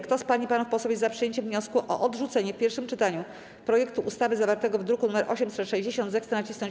Kto z pań i panów posłów jest za przyjęciem wniosku o odrzucenie w pierwszym czytaniu projektu ustawy zawartego w druku nr 860, zechce nacisnąć